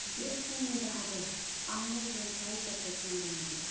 बे फुंनि बाहागोआव आंनो विन्टार जेकेट नांगोन नामा